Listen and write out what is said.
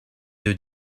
deux